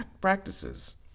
practices